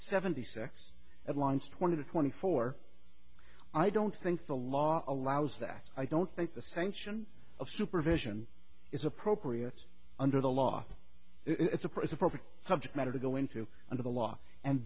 seventy six at long's twenty to twenty four i don't think the law allows that i don't think the sanction of supervision is appropriate under the law it's a principle subject matter to go into under the law and